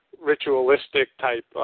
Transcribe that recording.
ritualistic-type